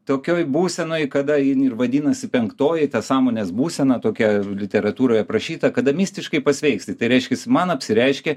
tokioj būsenoj kada jin ir vadinasi penktoji ta sąmonės būsena tokia literatūroj aprašyta kada mistiškai pasveiksti tai reiškiasi man apsireiškė